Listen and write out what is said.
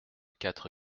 quatre